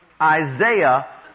Isaiah